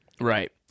Right